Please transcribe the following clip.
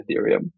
ethereum